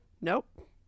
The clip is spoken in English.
nope